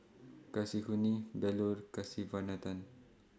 Kasinadhuni Bellur Kasiviswanathan